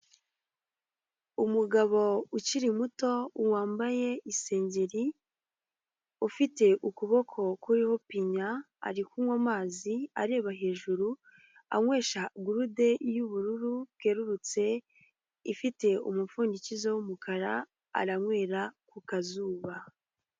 Umugabo ukiri muto wambaye isengeri ufite ukuboko kuriho pinya, ari kunywa amazi areba hejuru anywesha gurude y'ubururu bwerurutse ifite umupfugikizo w'umukara aranywera ku kazuba.